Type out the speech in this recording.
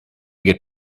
get